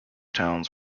towns